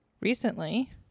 Recently